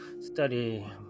study